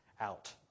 out